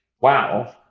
wow